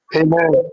amen